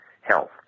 health